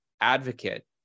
advocate